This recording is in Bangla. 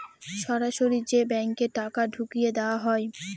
সরাসরি যে ব্যাঙ্কে টাকা ঢুকিয়ে দেওয়া হয়